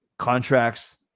Contracts